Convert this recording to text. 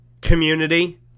community